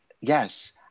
yes